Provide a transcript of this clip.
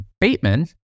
Bateman